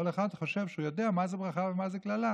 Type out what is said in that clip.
כל אחד חושב שהוא יודע מה זו ברכה ומה זו קללה.